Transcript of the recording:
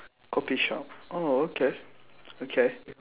kopi shop oh okay okay